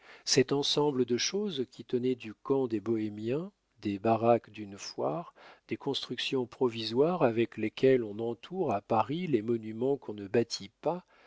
cet ensemble de choses qui tenait du camp des bohémiens des baraques d'une foire des constructions provisoires avec lesquelles on entoure à paris les monuments qu'on ne bâtit pas